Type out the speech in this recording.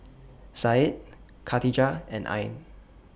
Said Khatijah and Ain